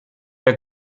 der